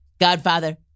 Godfather